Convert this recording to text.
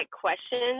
questions